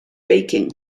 baking